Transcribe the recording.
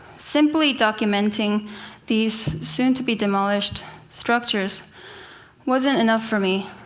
simply documenting these soon-to-be-demolished structures wasn't enough for me.